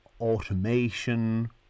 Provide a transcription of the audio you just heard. automation